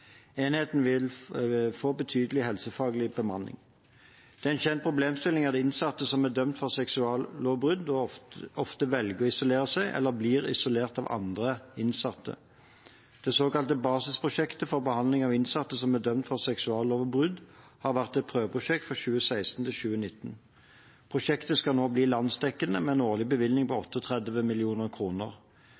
Enheten vil få betydelig helsefaglig bemanning. Det er en kjent problemstilling at innsatte som er dømt for seksuallovbrudd, ofte velger å isolere seg, eller blir isolert av andre innsatte. Det såkalte BASIS-prosjektet for behandling av innsatte som er dømt for seksuallovbrudd, har vært et prøveprosjekt fra 2016 til 2019. Prosjektet skal nå bli landsdekkende, med en årlig bevilgning på